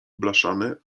blaszany